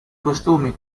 costumi